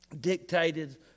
dictated